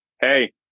Hey